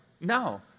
No